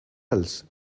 else